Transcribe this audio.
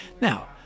Now